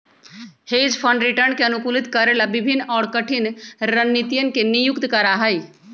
hedge fund return के अनुकूलित करे ला विभिन्न और कठिन रणनीतियन के नियुक्त करा हई